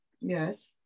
Yes